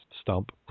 stump